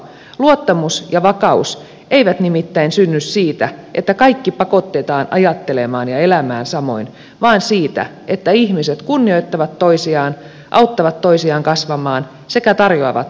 luottamus ja vakaus eivät nimittäin synny siitä että kaikki pakotetaan ajattelemaan ja elämään samoin vaan siitä että ihmiset kunnioittavat toisiaan auttavat toisiaan kasvamaan sekä tarjoavat toisille tukeaan